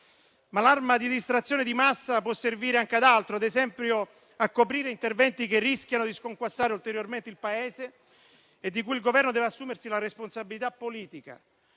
Ma l'arma di distrazione di massa può servire anche ad altro, ad esempio, a coprire interventi che rischiano di sconquassare ulteriormente il Paese e di cui il Governo deve assumersi la responsabilità politica,